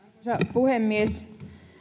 puhemies